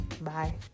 Bye